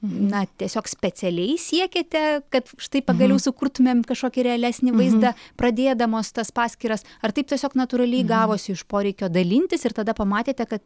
na tiesiog specialiai siekiate kad štai pagaliau sukurtumėm kažkokį realesnį vaizdą pradėdamos tas paskyras ar taip tiesiog natūraliai gavosi iš poreikio dalintis ir tada pamatėte kad